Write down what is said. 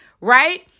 right